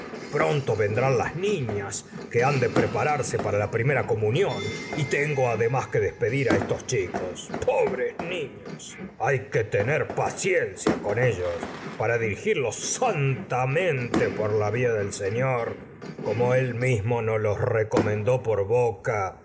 pronto vendrán las niñas que han de prepararse para la primera comunión y tengo además que despedir á esos chicos pobres niños hay que tener paciencia con ellos para dirigirlos santamente por la vía del señor como el mismo nos lo recomendó por boca